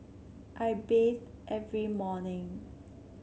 I bathe every morning